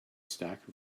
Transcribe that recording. stack